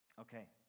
Okay